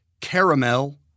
Caramel